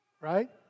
right